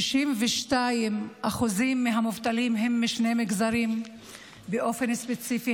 ש-62% מהמובטלים הם משני מגזרים באופן ספציפי,